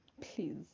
Please